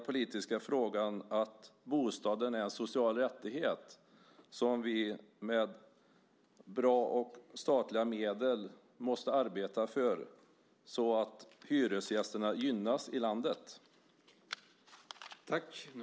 Bostaden är en social rättighet som vi med bra och statliga medel måste arbeta för så att hyresgästerna i landet gynnas.